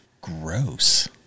gross